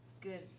good